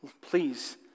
please